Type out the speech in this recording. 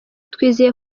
twizeye